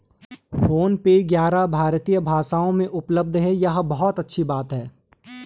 phone पे ग्यारह भारतीय भाषाओं में उपलब्ध है यह बहुत अच्छी बात है